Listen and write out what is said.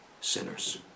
sinners